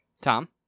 Tom